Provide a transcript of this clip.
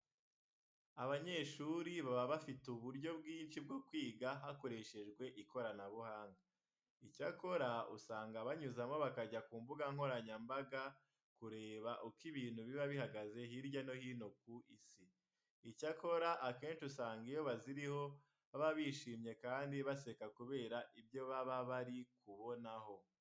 Abanyeshuri baba bafite uburyo bwinshi bwo kwiga hakoreshejwe ikoranabuhanga. Icyakora usanga banyuzamo bakajya ku mbuga nkoranyambaga kureba uko ibintu bihagaze hirya no hino ku isi. Icyakora, akenshi usanga iyo baziriho baba bashimye kandi baseka kubera ibyo baba bari kubonaho.